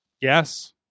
Yes